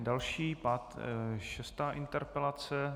Další, šestá interpelace.